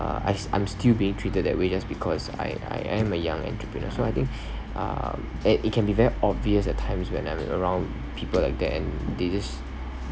uh as I'm still being treated that way just because I I am a young entrepreneurs so I think um and it can be very obvious at times when I'm around people like that and they just